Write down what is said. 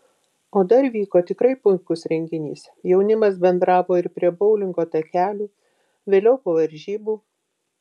o dar vyko tikrai puikus renginys jaunimas bendravo ir prie boulingo takelių vėliau po varžybų